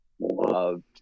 loved